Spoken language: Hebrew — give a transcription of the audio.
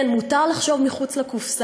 כן, מותר לחשוב מחוץ לקופסה.